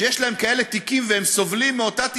שיש להם כאלה תיקים, והם סובלים מאותה תסמונת.